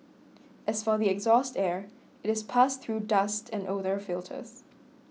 as for the exhaust air it is passed through dust and odour filters